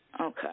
Okay